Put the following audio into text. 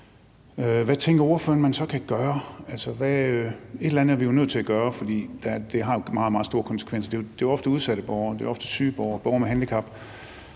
Hvad tænker ordføreren man så kan gøre? Et eller andet er vi jo nødt til at gøre, for det har meget, meget store konsekvenser, for det er ofte udsatte borgere, syge borgere, borgere med handicap